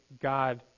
God